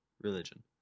religion